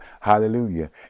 hallelujah